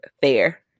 fair